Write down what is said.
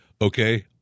Okay